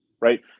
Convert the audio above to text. Right